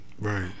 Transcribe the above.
Right